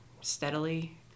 steadily